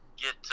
get